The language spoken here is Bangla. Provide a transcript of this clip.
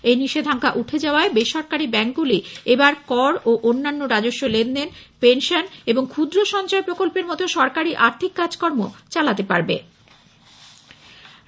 এই নিষেধাজ্ঞা উঠে যাওয়ায় বেসরকারি ব্যাঙ্কগুলি এবার কর ও অন্যান্য রাজস্ব লেনদেন পেনশন এবং ক্ষুদ্র সঞ্চয় প্রকল্পের মতো সরকারি আর্থিক কাজকর্ম চালাতে পারবে